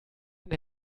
den